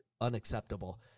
unacceptable